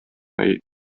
neid